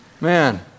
man